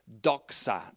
doxa